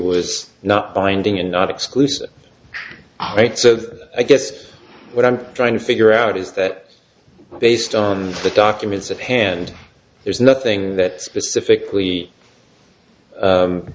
was not binding and not exclusive rights so i guess what i'm trying to figure out is that based on the documents at hand there's nothing that specifically